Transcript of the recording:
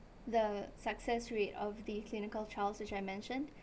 the success rate of the clinical trials which I mentioned